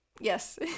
Yes